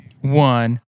one